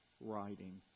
writing